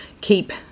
keep